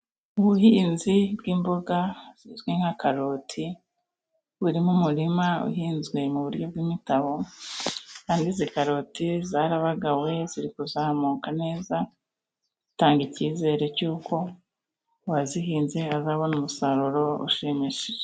Ubuhinzi bw'imboga zizwi nka karoti buri mu murima uhinzwe mu buryo bw'imitabo, Kandi izi karoti zarabagawe ziri kuzamuka neza, zitanga icyizere cy'uko uwazihinze azabona umusaruro ushimishije.